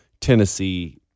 Tennessee